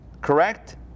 Correct